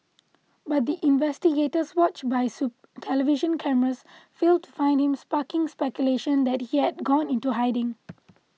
but the investigators watched by television cameras failed to find him sparking speculation that he had gone into hiding